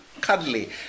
cuddly